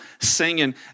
singing